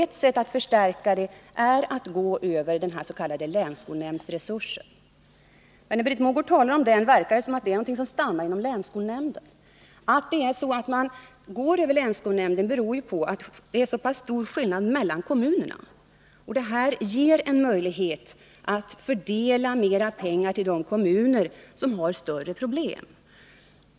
Ett sätt att förstärka det är att gå över dens.k. länsskolnämndsresursen. När Britt Mogård talar om den verkar det som om det är någonting som stannar inom länsskolnämnden. Att man går över länsskolnämnden beror på att det är så pass stor skillnad mellan kommunerna. Det här ger en möjlighet att fördela mer pengar till de kommuner som har de största problemen.